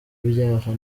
ibyaha